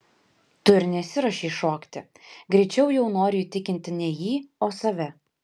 tu ir nesiruošei šokti greičiau jau noriu įtikinti ne jį o save